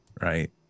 right